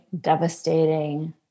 devastating